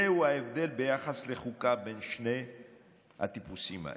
זהו ההבדל ביחס לחוקה בין שני הטיפוסים האלה".